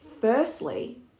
firstly